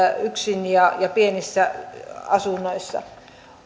yksin ja ja pienessä asunnossa